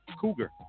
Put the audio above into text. cougar